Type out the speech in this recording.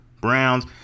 Browns